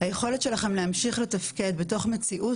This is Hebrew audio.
היכולת שלכם להמשיך לתפקד בתוך מציאות